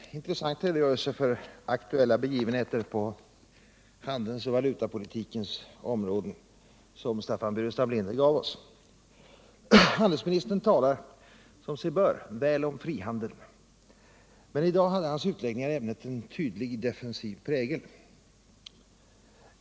Herr talman! Det var en intressant redogörelse för aktuella begivenheter på handelns och valutapolitikens områden som Staffan Burenstam Linder gav OSS. Handelsministern talar, som sig bör, väl om frihandeln. Men i dag hade hans utläggningar i ämnet en tydlig defensiv prägel.